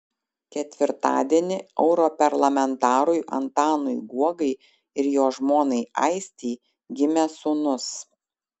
ketvirtadienį europarlamentarui antanui guogai ir jo žmonai aistei gimė sūnus